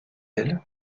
elle